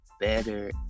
better